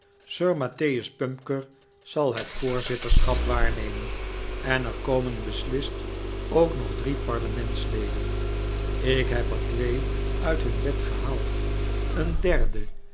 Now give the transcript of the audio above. sir mattheus pupker zal het voorzitterschap waarnemen en er komen beslist ook nog drie parlementsleden ik heb er twee uit hun bed gehaald en een derde